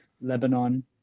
Lebanon